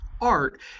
art